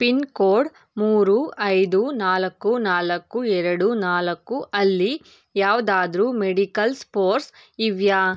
pin code ಮೂರು ಐದು ನಾಲ್ಕು ನಾಲ್ಕು ಎರಡು ನಾಲ್ಕು ಅಲ್ಲಿ ಯಾವುದಾದರೂ ಮೆಡಿಕಲ್ ಸ್ಪೋರ್ಸ್ ಇವೆಯಾ